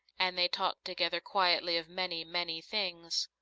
and they talked together quietly of many, many things.